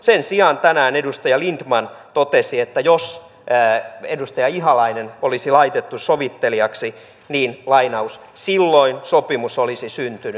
sen sijaan edustaja lindtman totesi että jos edustaja ihalainen olisi laitettu sovittelijaksi niin silloin sopimus olisi syntynyt